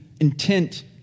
intent